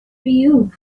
you